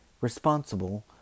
responsible